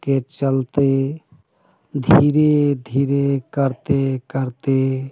के चलते धीरे धीरे करते करते